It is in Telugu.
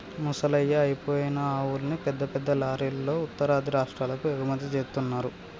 ముసలయ్యి అయిపోయిన ఆవుల్ని పెద్ద పెద్ద లారీలల్లో ఉత్తరాది రాష్టాలకు ఎగుమతి జేత్తన్నరు